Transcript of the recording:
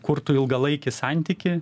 kurtų ilgalaikį santykį